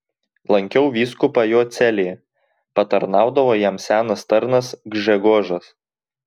lankiau vyskupą jo celėje patarnaudavo jam senas tarnas gžegožas